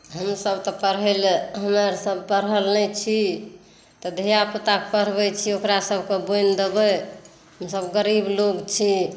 हमसब तऽ पढै लए हमर सब पढल नहि छी तऽ धियापुताके पढबै छी ओकरा सबके बोलि देबै हमसब गरीब लोग छी